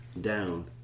down